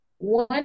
One